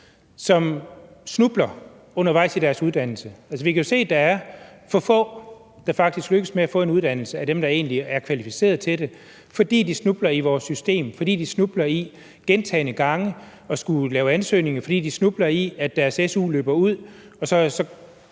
som snubler undervejs i deres uddannelse. Vi kan jo se, at det er for få, det faktisk lykkes at få en uddannelse, af dem, der egentlig er kvalificeret til det, fordi de snubler i vores system, fordi de snubler i gentagne gange at skulle lave ansøgninger, fordi de snubler i, at deres su løber ud, og så